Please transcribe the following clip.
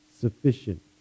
sufficient